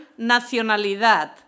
nacionalidad